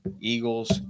Eagles